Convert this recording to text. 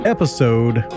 Episode